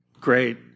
great